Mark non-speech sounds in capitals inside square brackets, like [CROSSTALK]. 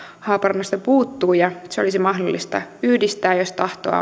haaparannasta puuttuu se olisi mahdollista yhdistää jos tahtoa [UNINTELLIGIBLE]